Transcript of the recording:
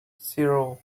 zero